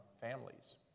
families